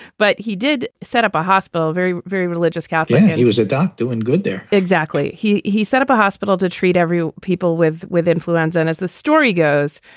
but he did set up a hospital, very, very religious, catholic. and he was a doctor when good there. exactly. he he set up a hospital to treat every people with with influenza. and as the story goes,